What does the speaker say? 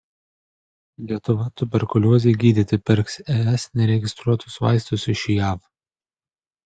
lietuva tuberkuliozei gydyti pirks es neregistruotus vaistus iš jav